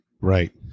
Right